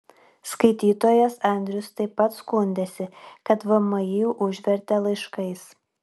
skaitytojas andrius taip pat skundėsi kad vmi užvertė laiškais